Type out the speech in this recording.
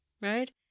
right